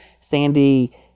Sandy